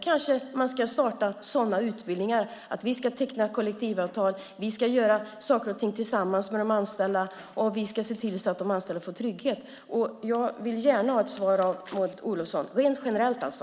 Kanske man ska starta sådana utbildningar: Vi ska teckna kollektivavtal, vi ska göra saker och ting tillsammans med de anställda och vi ska se till att de anställda får trygghet. Jag vill gärna ha ett svar av Maud Olofsson - rent generellt, alltså.